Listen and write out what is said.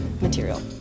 material